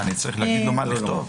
אני צריך להגיד לו מה לכתוב?